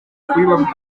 kubibabwira